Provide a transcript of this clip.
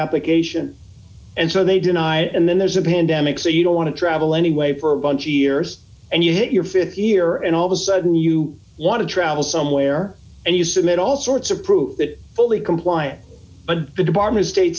application and so they deny it and then there's a pandemic so you don't want to travel anyway for a bunch of years and you hit your th year and all of a sudden you want to travel somewhere and you submit all sorts of proof that fully comply and the department state